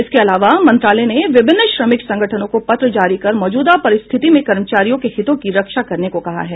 इसके अलावा मंत्रालय ने विभिन्न श्रमिक संगठनों को पत्र जारी कर मौजूदा परिस्थिति में कर्मचारियों के हितों की रक्षा करने को कहा है